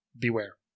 Beware